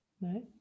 no